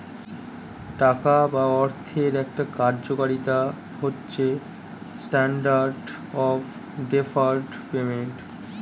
টাকা বা অর্থের একটা কার্যকারিতা হচ্ছে স্ট্যান্ডার্ড অফ ডেফার্ড পেমেন্ট